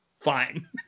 fine